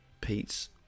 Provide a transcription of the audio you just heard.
Pete's